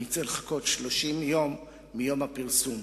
אני צריך לחכות 30 יום מיום הפרסום.